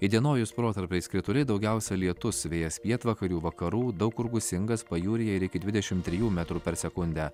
įdienojus protarpiais krituliai daugiausia lietus vėjas pietvakarių vakarų daug kur gūsingas pajūryje ir iki dvidešim trijų metrų per sekundę